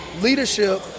leadership